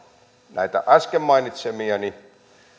näitä äsken mainitsemiani